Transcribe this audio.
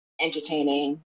entertaining